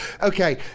Okay